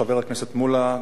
חבר הכנסת מולה,